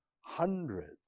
hundreds